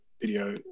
video